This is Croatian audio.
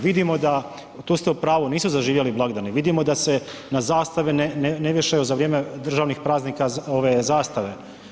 Vidimo da, tu ste u pravu, nisu zaživjeli blagdani, vidimo da se na zastave na vješaju za vrijeme državnih praznika ove zastave.